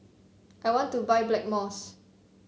I want to buy Blackmores